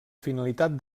finalitat